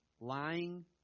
lying